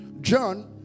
John